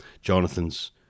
Jonathan's